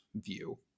view